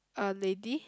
uh lady